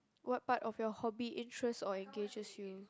what part of your hobby interest or engages you